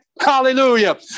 Hallelujah